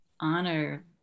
honor